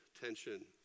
Tension